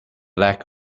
lack